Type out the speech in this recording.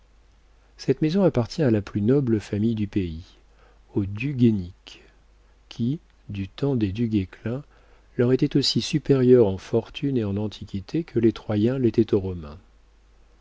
cette maison appartient à la plus noble famille du pays aux du guaisnic qui du temps des du guesclin leur étaient aussi supérieurs en fortune et en antiquité que les troyens l'étaient aux romains